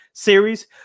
series